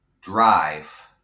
drive